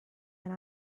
and